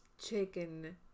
chicken